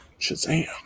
Shazam